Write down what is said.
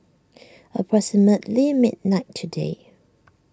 approximately midnight today